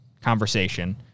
conversation